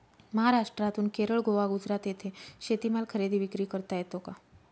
महाराष्ट्रातून केरळ, गोवा, गुजरात येथे शेतीमाल खरेदी विक्री करता येतो का?